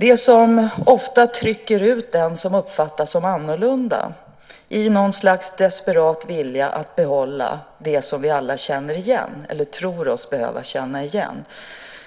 Det är de strukturerna som ofta i något slags desperat vilja att behålla det som vi alla tror oss behöva känna igen trycker ut den som uppfattas som annorlunda.